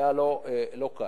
היה לא קל.